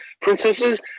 princesses